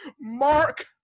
Mark